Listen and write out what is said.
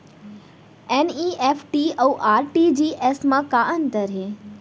NEFT अऊ RTGS मा का अंतर हे?